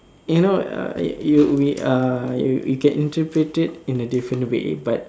you know uh you we err we can interpret it in a different way but